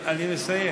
אני מסיים.